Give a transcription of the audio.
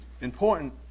important